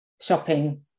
shopping